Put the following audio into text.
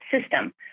system